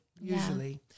usually